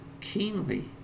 keenly